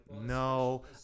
no